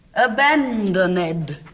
abandoned and